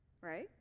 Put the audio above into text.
Right